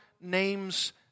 name's